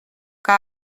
que